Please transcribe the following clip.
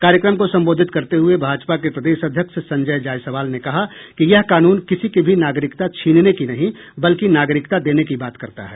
कार्यक्रम को संबोधित करते हुये भाजपा के प्रदेश अध्यक्ष संजय जायसवाल ने कहा कि यह कानून किसी की भी नागरिकता छीनने की नहीं बल्कि नागरिकता देने की बात करता है